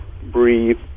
breathe